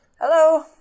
Hello